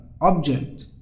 object